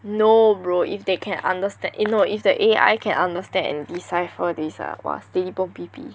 no bro if they can understand eh no if the A_I can understand and decipher this ah !wah! steady bom-bi-bi